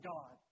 God